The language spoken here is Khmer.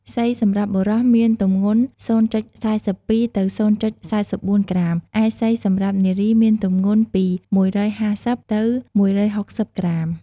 សី សម្រាប់បុរសមានទម្ងន់០.៤២ ទៅ០.៤៤ក្រាម ឯ សីសម្រាប់នារីមានទម្ងន់ពី១៥០ ទៅ ១៦០ក្រាម ។